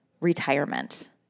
retirement